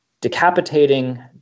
decapitating